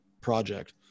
project